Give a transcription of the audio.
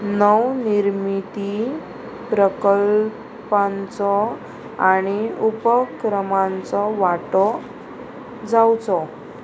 नवनिर्मिती प्रकल्पांचो आणी उपक्रमांचो वांटो जावचो